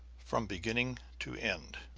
from beginning to end.